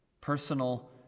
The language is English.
personal